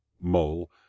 Mole